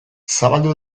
zabaldu